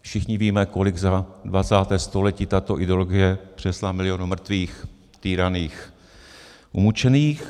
Všichni víme, kolik za 20. století tato ideologie přinesla milionů mrtvých, týraných, umučených.